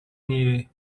neve